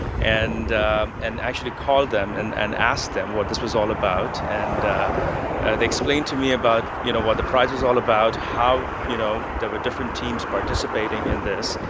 and and actually called them and and asked them what this was all about. and they explained to me about you know what the prize is all about, how you know there were different teams participating in this,